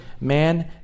Man